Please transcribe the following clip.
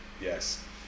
yes